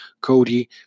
Cody